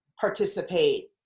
participate